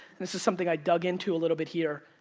and this is something i dug into a little bit here.